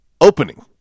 opening